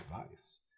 advice